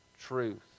truth